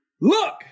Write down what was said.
Look